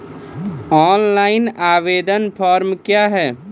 Online आवेदन form क्या हैं?